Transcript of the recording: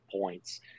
points